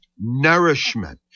nourishment